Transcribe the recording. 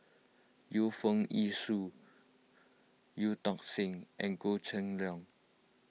Yu Foo Yee Shoon Eu Tong Sen and Goh Cheng Liang